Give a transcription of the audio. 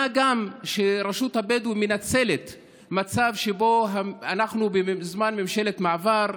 מה גם שרשות הבדואים מנצלת מצב שבו אנחנו בזמן ממשלת מעבר,